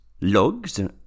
Logs